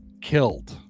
killed